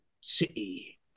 city